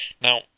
Now